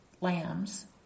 lambs